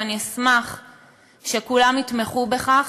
ואני אשמח שכולם יתמכו בכך.